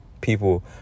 people